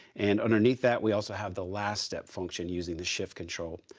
and underneath that, we also have the last step function using the shift control.